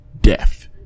death